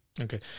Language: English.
Okay